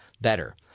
better